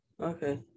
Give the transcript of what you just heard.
Okay